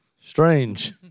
Strange